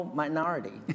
minority